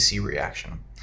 reaction